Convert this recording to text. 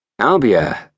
Albia